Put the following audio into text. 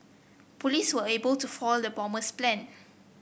police were able to foil the bomber's plan